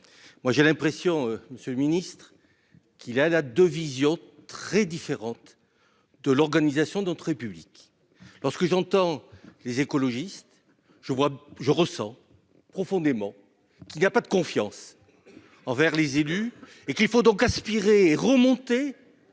Moi j'ai l'impression, Monsieur le Ministre, qui à 2 visions très différentes de l'organisation d'entrée publique lorsque j'entends les écologistes. Je vois je ressens profondément. Qu'il y a pas de confiance. Envers les élus et qu'il faut donc aspirer remonter.